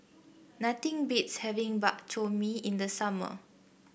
nothing beats having Bak Chor Mee in the summer